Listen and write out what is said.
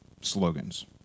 slogans